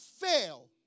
fail